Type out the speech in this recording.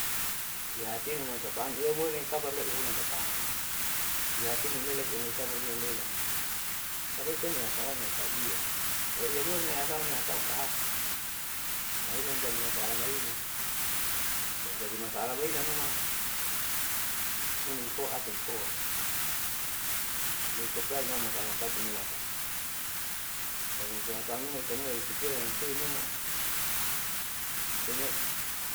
Ihatinunam tapaam iyeumorikabarloi ihulan tapaam ihatinu lelaki amoi kabar hulan lelaki pareseniasasauam hasasauiya oihiya ruame hasauni hasau kahati akhirian jadi masaala maina naru jadi masaala loinanuma huninkoa atum koa iteapulai mamasaala ampunewasa baru sihasasau numa itenuma ireu pikiran itutui numa koinee.